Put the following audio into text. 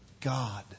God